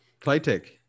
Playtech